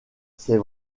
c’est